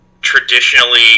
traditionally